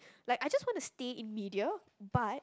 like I just want to stay in media but